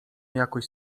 jakoś